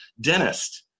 Dentist